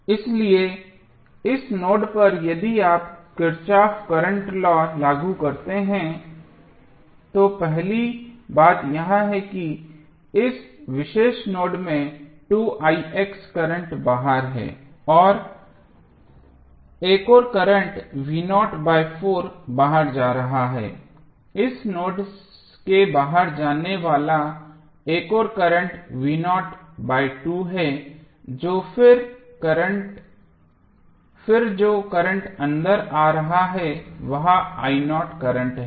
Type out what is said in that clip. इसलिए इस नोड पर यदि आप किरचॉफ करंट लॉ लागू करते हैं तो पहली बात यह है कि इस विशेष नोड में करंट बाहर है एक और करंट बाहर जा रहा है इस नोड के बाहर जाने वाला एक और करंट है और फिर जो करंट अंदर जा रहा है वह करंट है